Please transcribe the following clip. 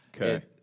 Okay